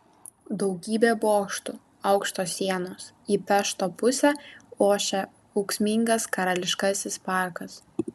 daugybė bokštų aukštos sienos į pešto pusę ošia ūksmingas karališkasis parkas